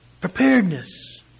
Preparedness